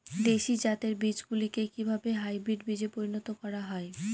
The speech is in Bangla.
দেশি জাতের বীজগুলিকে কিভাবে হাইব্রিড বীজে পরিণত করা হয়?